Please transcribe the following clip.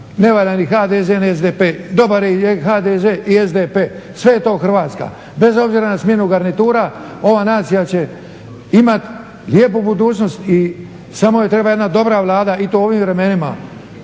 ne valja ni HDZ, ni SDP, dobar je i HDZ i SDP, sve je to Hrvatska. Bez obzira na smjenu garnitura ova nacija će imat lijepu budućnost, samo joj treba jedna dobra Vlada i to u ovim vremenima.